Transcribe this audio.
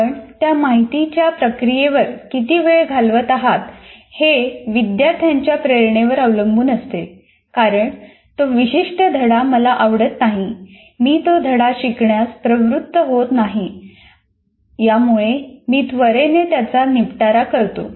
आपण त्या माहितीच्या प्रक्रियेवर किती वेळ घालवत आहात हे विद्यार्थ्याच्या प्रेरणेवर अवलंबून असते कारण तो विशिष्ट धडा मला आवडत नाही मी तो धडा शिकण्यास प्रवृत्त होत नाही यामुळे मी त्वरेने त्याचा निपटारा करतो